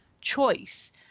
choice